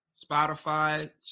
Spotify